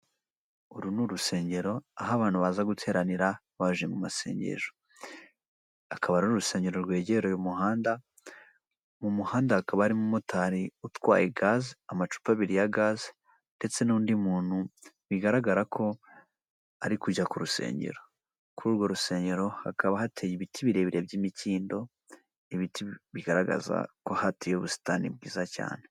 Uru ni urusengero aho abantu baza guteranira baje mu masengesho, akaba ari urusengero rwegeraye umuhanda, mu muhanda hakaba ari umumotari utwaye gaze amacupa abiri ya gaze, ndetse n'undi muntu bigaragara ko ari kujya ku rusengero, kuri urwo rusengero hakaba hateye ibiti birebire by'imikindo ibiti bigaragaza ko hateye ubusitani bwiza cyane.